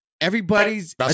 Everybody's